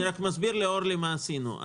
אני רק מסביר לאורלי מה עשינו.